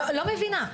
לא מבינה,